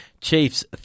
Chiefs